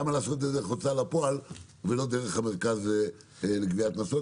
למה לעשות את זה דרך הוצאה לפועל ולא דרך המרכז לגביית קנסות?